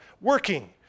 working